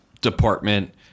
department